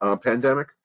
pandemic